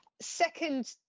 Second